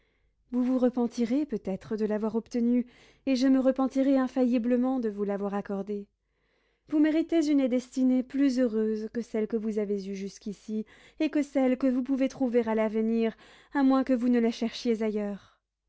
vous vous repentirez peut-être de l'avoir obtenue et je me repentirai infailliblement de vous l'avoir accordée vous méritez une destinée plus heureuse que celle que vous avez eue jusqu'ici et que celle que vous pouvez trouver à l'avenir à moins que vous ne la cherchiez ailleurs